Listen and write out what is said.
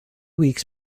weeks